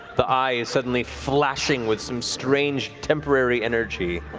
the eyes suddenly flashing with some strange temporary energy.